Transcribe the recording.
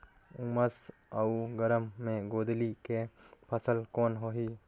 उमस अउ गरम मे गोंदली के फसल कौन होही?